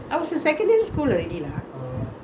அப்பதா அங்க:appathaa angga sixties leh